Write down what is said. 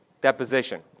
deposition